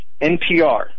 NPR